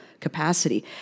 capacity